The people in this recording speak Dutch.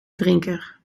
drinker